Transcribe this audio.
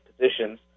positions